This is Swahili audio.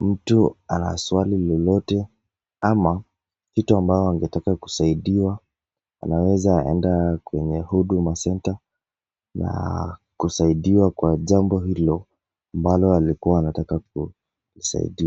mtu ana swali lolote ama kitu ambao angetamani kusaidiwa anaweza enda kwenye huduma center na kusaidiwa kwa jambo hilo ambalo alikuwa anataka kusaidiwa.